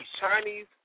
Chinese